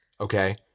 Okay